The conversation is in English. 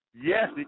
Yes